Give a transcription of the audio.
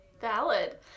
Valid